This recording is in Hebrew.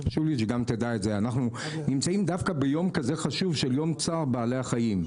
אנחנו נמצאים ביום כזה חשוב של יום צער בעלי החיים.